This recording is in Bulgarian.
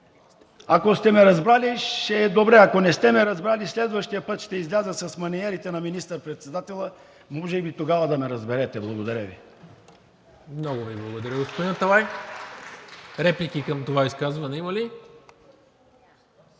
Ако сте ме разбрали, ще е добре, ако не сте ме разбрали, следващия път ще изляза с маниерите на министър-председателя и може би тогава да ме разберете. Благодаря Ви.